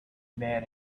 man